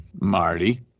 Marty